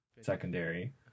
secondary